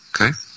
Okay